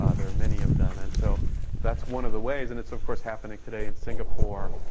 ah there are many of them. and so that's one of the ways. and it's of course happening today in singapore